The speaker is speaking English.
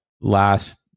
last